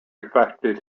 affected